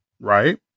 Right